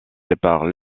séparent